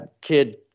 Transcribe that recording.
Kid